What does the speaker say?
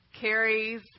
carries